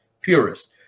purist